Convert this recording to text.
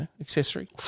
accessory